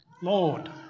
Lord